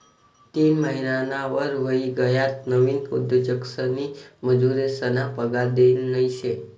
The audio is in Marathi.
तीन महिनाना वर व्हयी गयात नवीन उद्योजकसनी मजुरेसना पगार देल नयी शे